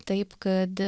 taip kad